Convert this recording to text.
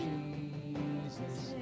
Jesus